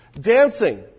Dancing